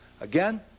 Again